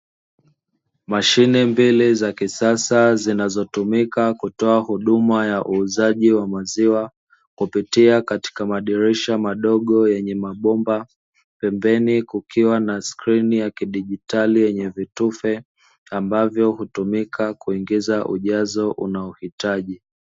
Mashine mbili za kisasa zinazotumika kutoa huduma ya uuzaji wa maziwa, kupitia katika madirisha madogo yenye mabomba. Pembeni kukiwa na skrini ya kidijitali yenye vitufe, ambavyo hutumika kuingiza ujazo unaohitaji.